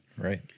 Right